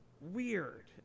weird